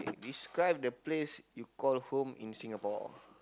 describe the place you call home in Singapore